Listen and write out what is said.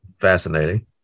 Fascinating